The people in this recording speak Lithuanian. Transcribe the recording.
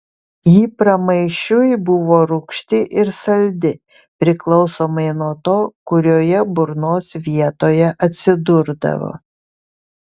ji pramaišiui buvo rūgšti ir saldi priklausomai nuo to kurioje burnos vietoje atsidurdavo